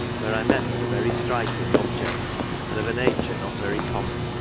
where i met with a very striking object, and of a nature not very common.